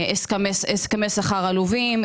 הסכמי שכר עלובים,